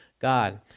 God